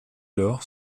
lors